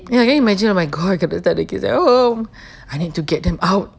ya can you imagine oh my god letak the kids at home I need to get them out